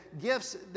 gifts